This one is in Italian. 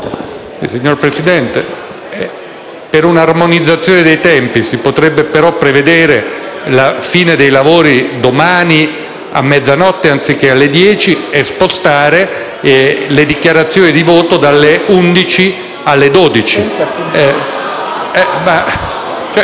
Signor Presidente, per un'armonizzazione dei tempi, si potrebbe prevedere la fine dei lavori domani a mezzanotte anziché alle ore 22, e spostare le dichiarazioni di voto dalle ore 11 alle ore 12...